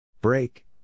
Break